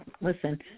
listen